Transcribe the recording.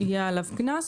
יהיה עליו קנס,